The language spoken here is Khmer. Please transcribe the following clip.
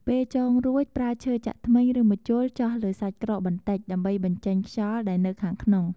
ពេលចងរួច ប្រើឈើចាក់ធ្មេញ ឬម្ជុលចោះលើសាច់ក្រកបន្តិច ដើម្បីបញ្ចេញខ្យល់ដែលនៅខាងក្នុង។